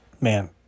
Man